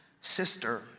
sister